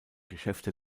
geschäfte